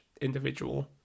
individual